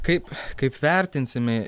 kaip kaip vertinsimė